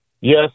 Yes